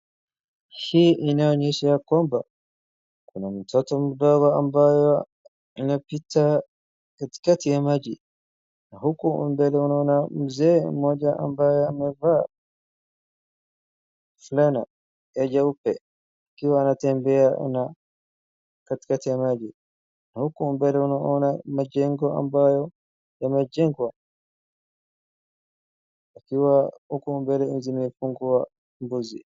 Hii inaonyesha ya kwamba kuna mtoto mdogo ambaye anapita katikati ya maji na huko mbele unaona mzee mmoja ambaye amevaa fulana ya nyeupe akiwa anatembea katikati ya maji. Huko mbele unaona majengo ambayo yamejengwa yakiwa huku mbele zimefungwa ngozi.